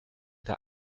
der